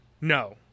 No